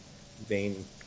vein